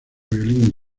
violín